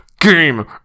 game